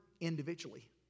individually